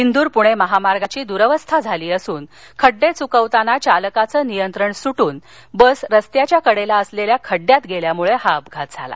इंदूर पुणे महामार्गाची दुरावस्था झाली असून खड्डे चुकवितांना चालकाये नियंत्रण सुट्रन बस रस्त्याच्या कडेला असलेल्या खड्ड्यात गेल्याने हा अपघात झाला